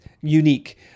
unique